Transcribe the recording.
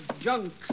junk